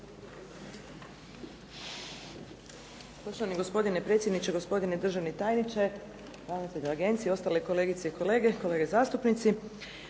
Poštovani gospodine predsjedniče, gospodine državni tajniče, ravnatelju agencije, ostale kolegice i kolege zastupnici.